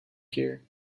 here